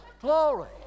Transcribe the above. Glory